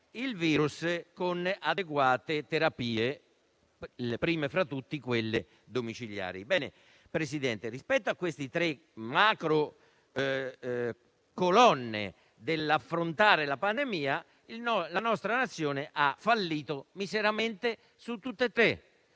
il virus con adeguate terapie, prime fra tutte quelle domiciliari. Ebbene, signor Presidente, rispetto a tali macrocolonne per affrontare la pandemia, la nostra Nazione ha fallito miseramente su tutte e tre.